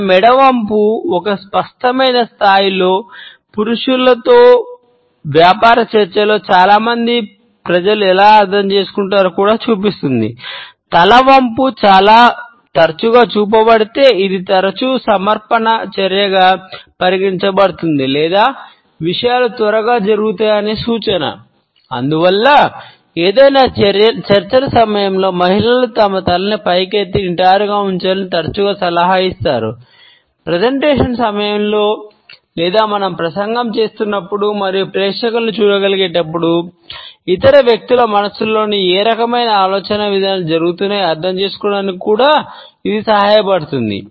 మన మెడ వంపు సమయంలో లేదా మనం ప్రసంగం చేస్తున్నప్పుడు మరియు ప్రేక్షకులను చూడగలిగేటప్పుడు ఇతర వ్యక్తుల మనస్సులలో ఏ రకమైన ఆలోచన విధానాలు జరుగుతున్నాయో అర్థం చేసుకోవడానికి కూడా ఇది సహాయపడుతుంది